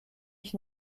ich